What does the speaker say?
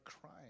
crying